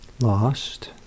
lost